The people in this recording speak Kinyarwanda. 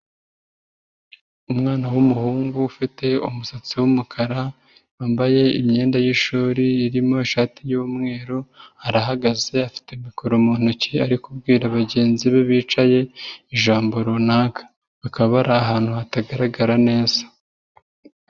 Umwana w'umuhungu ufite umusatsi w'umukara wambaye imyenda y'ishuri irimo ishati y'umweru arahagaze afite mikoro mu ntoki ari kubwira bagenzi be bicaye ijambo runaka, bakaba bari ahantu hatagaragara neza.